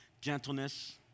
gentleness